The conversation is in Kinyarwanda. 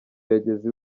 yageze